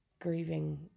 grieving